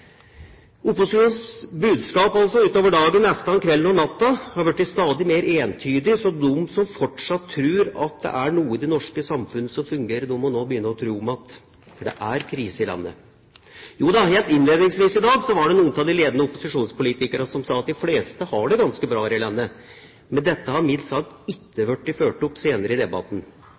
Opposisjonens budskap utover dagen, kvelden og natten har blitt stadig mer entydig. Så de som fortsatt tror at det er noe i det norske samfunnet som fungerer, må nå begynne å tro om igjen – for det er krise i landet. Jo da, helt innledningsvis i dag var det noen av de ledende opposisjonspolitikerne som sa at de fleste har det ganske bra her i landet. Men dette har, mildt sagt, ikke vært fulgt opp senere i debatten: